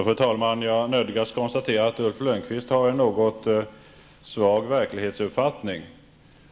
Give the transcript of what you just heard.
Fru talman! Jag nödgas konstatera att Ulf Lönnqvist har en något svag verklighetsuppfattning.